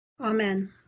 Amen